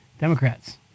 Democrats